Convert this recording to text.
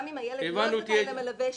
גם אם הילד לא זכאי למלווה,